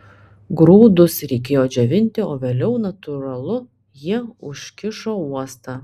grūdus reikėjo džiovinti o vėliau natūralu jie užkišo uostą